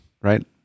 right